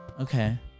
Okay